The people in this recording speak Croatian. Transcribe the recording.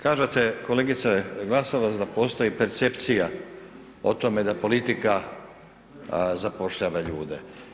Kažete kolegice Glasovac da postoji percepcija o tome da politika zapošljava ljude.